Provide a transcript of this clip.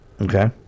okay